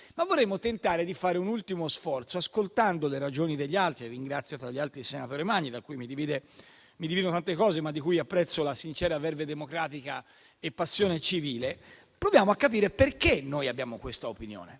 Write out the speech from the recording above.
Vorremmo però tentare di fare un ultimo sforzo ascoltando le ragioni degli altri. Ringrazio, tra gli altri, il senatore Magni, da cui mi dividono tante cose, ma di cui apprezzo la sincera *verve* democratica e la passione civile. Proviamo a capire perché abbiamo questa opinione: